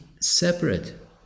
separate